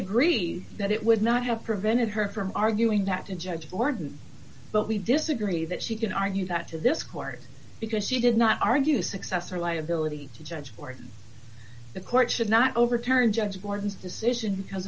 agree that it would not have prevented her from arguing that in judge borden but we disagree that she can argue that to this court because she did not argue success or liability to judge or the court should not overturn judge barnes decision because